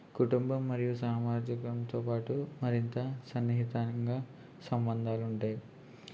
కుటుంబం మరియు సామాజికతో పాటు మరింత సన్నిహితంగా సంబంధాలు ఉంటాయి